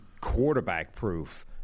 quarterback-proof